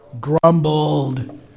grumbled